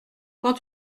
quand